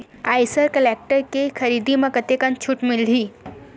Eicher tractor के खरीदी म कतका छूट मिलही?